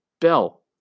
Bell